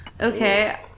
Okay